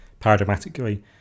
paradigmatically